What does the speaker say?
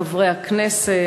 חברי הכנסת,